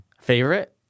Favorite